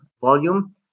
volume